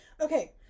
okay